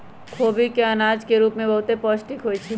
खोबि के अनाज के रूप में बहुते पौष्टिक होइ छइ